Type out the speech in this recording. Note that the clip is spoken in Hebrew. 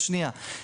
ממש לא.